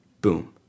boom